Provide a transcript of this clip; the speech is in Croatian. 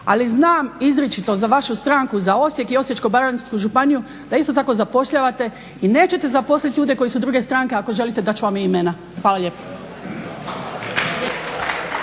ali znam izričito za vašu stranku, za Osijek i Osječko-baranjsku županiju da isto tako zapošljavate i nećete zaposliti ljude koji su druge stranke. Ako želite dat ću vam i imena. Hvala lijepa.